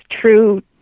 true